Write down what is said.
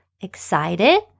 Excited